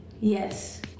Yes